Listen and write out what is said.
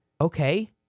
okay